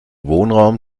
wohnraum